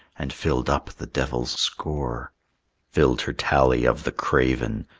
and filled up the devil's score filled her tally of the craven,